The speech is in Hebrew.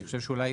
אולי